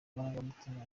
amarangamutima